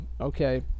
okay